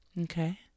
Okay